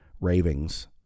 ravings